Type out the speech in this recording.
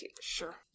Sure